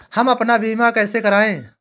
हम अपना बीमा कैसे कराए?